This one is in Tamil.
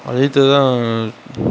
அஜித்துதான்